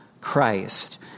Christ